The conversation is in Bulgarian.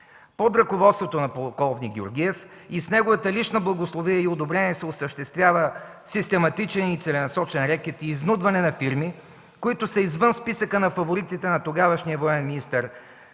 Под ръководството на полковник Георгиев и с неговата лична благословия и одобрение се осъществява систематичен и целенасочен рекет и изнудване на фирми, които са извън списъка на фаворитите на тогавашния военен министър